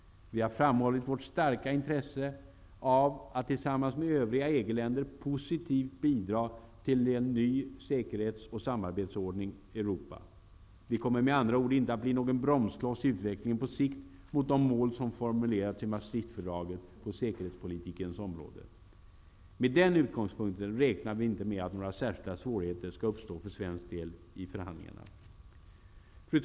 Vi har framhållit vårt starka intresse av att tillsammans med övriga EG-länder positivt bidra till en ny säkerhetsoch samarbetsordning i Europa. Vi kommer med andra ord inte att bli någon bromskloss i utvecklingen på sikt mot de mål som formulerats i Maastrichtfördraget på säkerhetspolitikens område. Med den utgångspunkten räknar vi inte med att några särskilda svårigheter skall uppstå för svensk del i förhandlingarna.